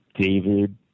David